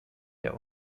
der